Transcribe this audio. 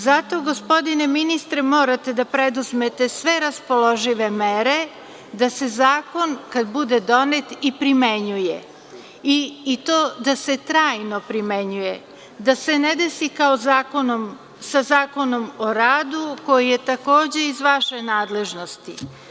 Zato gospodine ministre morate da preduzmete sve raspoložive mere da se zakon kad bude donet i primenjuje i to da se trajno primenjuje, da se ne desi kao sa Zakonom o radu, koji je takođe iz vaše nadležnosti.